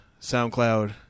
SoundCloud